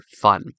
fun